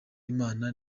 imana